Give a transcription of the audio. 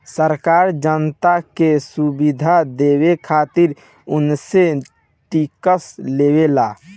सरकार जनता के सुविधा देवे खातिर उनसे टेक्स लेवेला